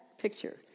picture